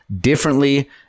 differently